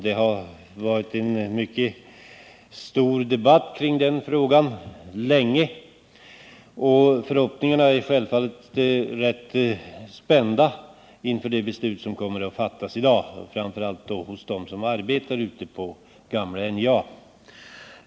Det har varit en mycket omfattande debatt kring den frågan länge, och förhoppningarna är självfallet rätt spända inför det beslut som kommer att fattas i dag — spända framför allt hos dem som arbetar på gamla NJA.